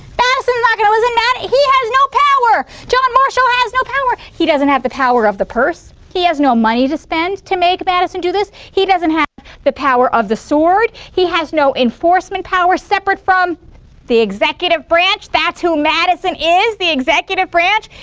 madison's not going to listen. ah he has no power. john marshall has no power. he doesn't have the power of the purse. he has no money to spend to make madison do this. he doesn't have the power of the sword. he has no enforcement power separate from the executive branch. that's who madison is, the executive branch.